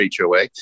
HOA